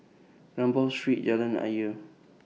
Rambau Street Jalan Ayer